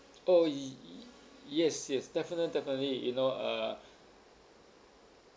oh y~ y~ yes yes definitely definitely you know uh